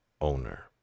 owner